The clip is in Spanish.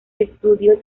estudió